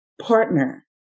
partner